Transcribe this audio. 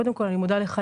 קודם כל אני מודה לך,